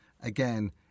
again